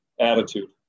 attitude